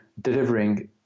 delivering